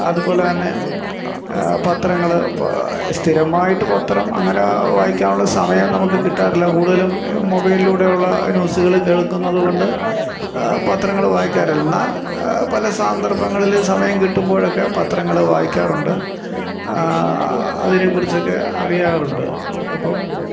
അതുപോലെ തന്നെ പത്രങ്ങൾ സ്ഥിരമായിട്ട് പത്രം അങ്ങനെ വായിക്കാനുള്ള സമയം നമ്മൾക്ക് കിട്ടാറില്ല കൂടുതലും മൊബൈലിലൂടെയുള്ള ന്യൂസുകൾ കേള്ക്കുന്നത് കൊണ്ട് പത്രങ്ങൾ വായിക്കുക അറിഞ്ഞാല് പല സാന്ദര്ഭങ്ങളിൽ സമയം കിട്ടുമ്പോഴൊക്കെ പത്രങ്ങൾ വായിക്കാറുണ്ട് അതിനെ കുറിച്ചൊക്കെ അറിയാറുണ്ട് അപ്പം